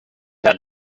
had